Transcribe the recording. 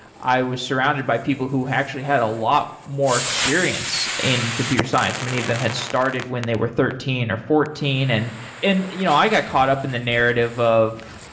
i was surrounded by people who actually had a lot more experience in computer science. many of them had started when they were thirteen or fourteen and point you know i got caught up in the narrative of,